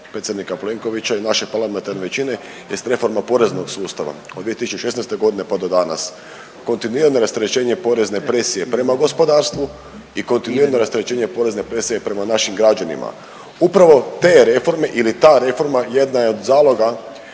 predsjednika Plenkovića i naše parlamentarne većine jest reforma poreznog sustava od 2016.g. pa do danas. kontinuirano rasterećenje porezne presije prema gospodarstvu i kontinuirano rasterećenje porezne presije prema našim građanima. Upravo te reforme ili ta reforma jedna je od zaloga